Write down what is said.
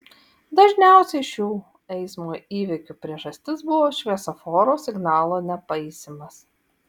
dažniausiai šių eismo įvykių priežastis buvo šviesoforo signalo nepaisymas